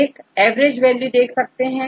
1 average value देख सकते हैं